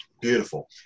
Beautiful